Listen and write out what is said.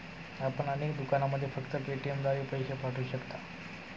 आपण अनेक दुकानांमध्ये फक्त पेटीएमद्वारे पैसे पाठवू शकता